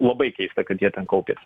labai keista kad jie ten kaupės